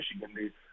Michigan